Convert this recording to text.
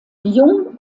jung